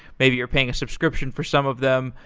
maybe you're paying a subscription for some of them.